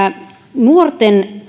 nuorten